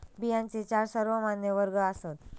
बियांचे चार सर्वमान्य वर्ग आसात